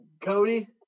Cody